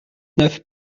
neuf